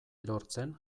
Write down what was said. erortzen